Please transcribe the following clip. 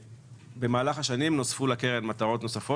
במהלך השנים נוספו לקרן מטרות נוספות